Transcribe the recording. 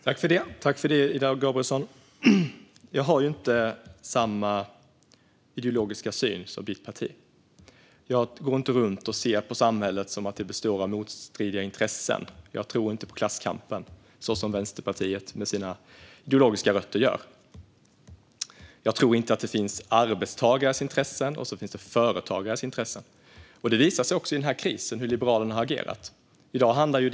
Herr talman! Jag har ju inte samma ideologiska syn som Ida Gabrielssons parti. Jag går inte runt och ser på samhället som att det består av motstridiga intressen. Jag tror inte på klasskampen så som Vänsterpartiet, med sina ideologiska rötter, gör. Jag tror inte att det finns arbetstagares intressen och företagares intressen. Detta visar sig också i hur Liberalerna har agerat i den här krisen.